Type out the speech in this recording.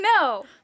No